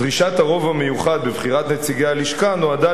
דרישת הרוב המיוחד בבחירת נציגי הלשכה נועדה